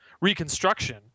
Reconstruction